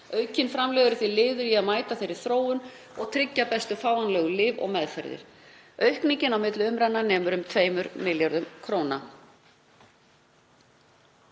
Aukin framlög eru liður í að mæta þeirri þróun og tryggja bestu fáanlegu lyf og meðferðir. Aukningin á milli umræðna nemur um 2 milljörðum kr.